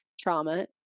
trauma